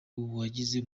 wabigize